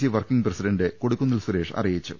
C working president Kodikunnil Suresh അറിയിച്ചു